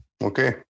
Okay